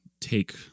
take